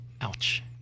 Ouch